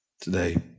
today